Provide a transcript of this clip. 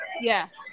yes